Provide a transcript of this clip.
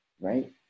right